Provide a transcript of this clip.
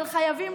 אבל חייבים,